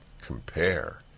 compare